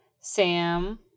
sam